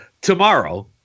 tomorrow